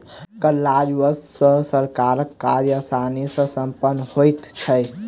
कर राजस्व सॅ सरकारक काज आसानी सॅ सम्पन्न होइत छै